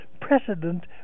precedent